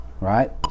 right